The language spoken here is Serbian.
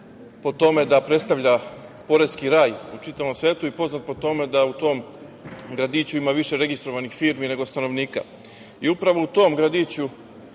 po tome da predstavlja poreski raj u čitavom svetu i poznat je po tome što u tom gradiću ima više registrovanih firmi nego stanovnika. Upravo u tom gradiću